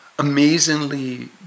amazingly